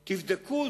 תבדקו,